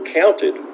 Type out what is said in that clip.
counted